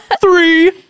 Three